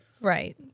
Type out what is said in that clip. Right